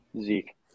Zeke